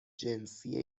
جنسی